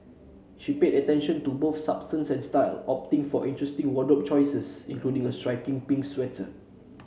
she paid attention to both substance and style opting for interesting wardrobe choices including a striking pink sweater